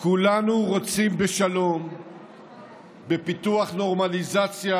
כולנו רוצים בשלום ובפיתוח נורמליזציה